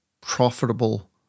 profitable